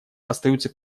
остаются